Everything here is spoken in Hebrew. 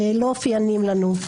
שלא אופייניים לנו.